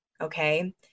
okay